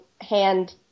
hand